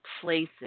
places